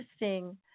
interesting